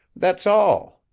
that's all.